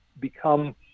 become